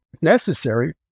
necessary